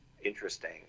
interesting